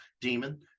demon